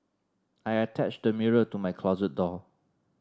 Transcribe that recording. I attached the mirror to my closet door